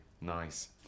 Nice